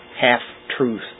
half-truth